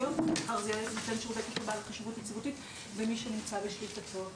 היום נותן שירות תשלום בעל חשיבות יציבותית זה מי שנמצא בשליטתו.